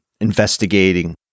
investigating